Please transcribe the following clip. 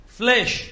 flesh